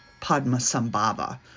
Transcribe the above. Padmasambhava